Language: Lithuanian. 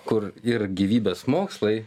kur ir gyvybės mokslai